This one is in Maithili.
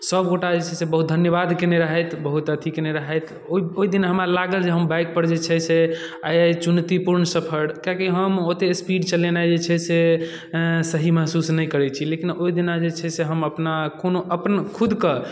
सबगोटा जे छै से बहुत धन्यवाद केने रहथि बहुत अथी केने रहथि ओइ ओइदिन हमरा लागल जे हम बाइकपर जे छै से आइ चुनौतीपूर्ण सफर कियाकि हम ओते स्पीड चलेनाइ जे छै से सही महसुस नहि करै छी लेकिन ओइदिना जे छै से हम अपना कोनो अपन खुदके